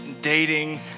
dating